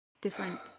different